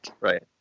Right